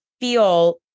feel